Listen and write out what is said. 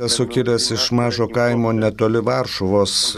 esu kilęs iš mažo kaimo netoli varšuvos